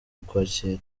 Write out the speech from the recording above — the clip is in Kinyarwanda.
ukwakira